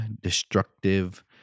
destructive